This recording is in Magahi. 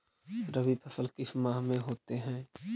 रवि फसल किस माह में होते हैं?